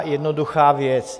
Jednoduchá věc.